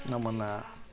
ನಮ್ಮನ್ನು